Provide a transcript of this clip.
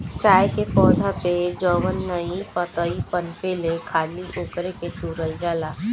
चाय के पौधा पे जवन नया पतइ पनपेला खाली ओकरे के तुरल जाला